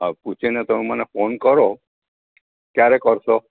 હા પૂછી ને તમે મને ફોન કરો ક્યારે કરશો